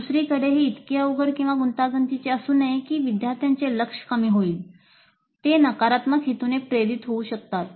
दुसरीकडे हे इतके अवघड किंवा गुंतागुंतीचे असू नये की विद्यार्थ्यांचे लक्ष कमी होईल ते नकारात्मक हेतूने प्रेरित होतात